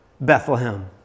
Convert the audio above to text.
Bethlehem